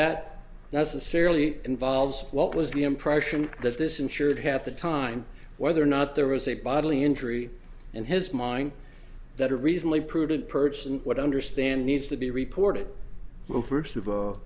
that necessarily involves what was the impression that this insured half the time whether or not there was a bodily injury and his mind that a reasonably prudent person what i understand needs to be reported who first o